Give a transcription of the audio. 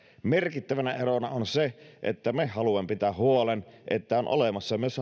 merkittävänä erona on se että me haluamme pitää huolen että on olemassa myös